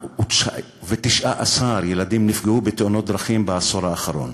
34,119 ילדים נפגעו בתאונות דרכים בעשור האחרון.